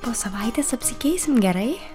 po savaitės apsikeisim gerai